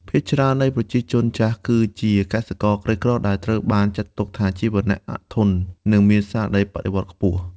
ភាគច្រើននៃប្រជាជនចាស់គឺជាកសិករក្រីក្រដែលត្រូវបានចាត់ទុកថាជាវណ្ណៈអធន និងមានស្មារតីបដិវត្តន៍ខ្ពស់។